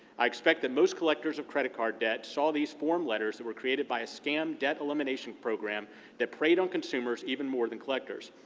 i expect that most collectors of credit card debt saw these form letters that were created by a scam debt elimination program that preyed on consumers even more than collectors.